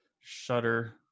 Shutter